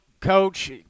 coach